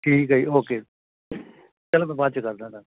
ਠੀਕ ਹੈ ਜੀ ਓਕੇ ਚਲੋ ਮੈਂ ਬਾਅਦ 'ਚ ਕਰਦਾ